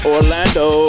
Orlando